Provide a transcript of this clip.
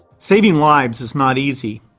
saving lives is not easy.